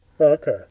Okay